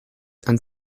and